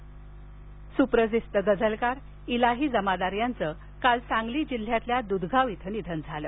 इलाही जमादार सुप्रसिद्ध गझलकार इलाही जमादार यांचं काल सांगली जिल्ह्यातील दुधगाव इथं निधन झालं